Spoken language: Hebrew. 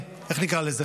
איך נקרא לזה,